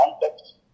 context